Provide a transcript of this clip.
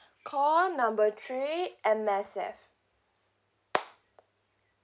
call number three M_S_F